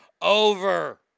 over